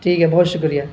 ٹھیک ہے بہت شکریہ